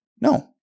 no